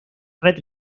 red